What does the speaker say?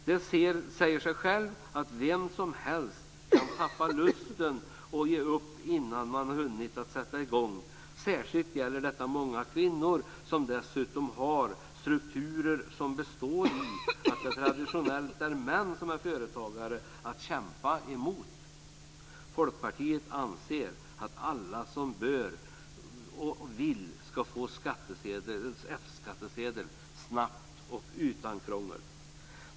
Det säger sig självt att vem som helst kan tappa lusten och ge upp innan man hunnit sätta i gång. Särskilt gäller detta många kvinnor som dessutom har strukturer, som består i att det traditionellt är män som är företagare, att kämpa mot. Folkpartiet anser att alla som vill bör få F-skattsedel snabbt och utan krångel.